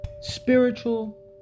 spiritual